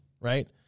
right